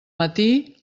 matí